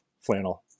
flannel